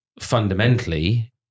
fundamentally